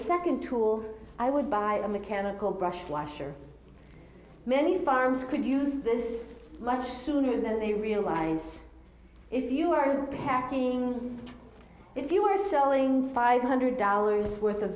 second tool i would buy a mechanical brush washer many farms could use this launch sooner than they realize if you are packing if you are selling five hundred dollars worth of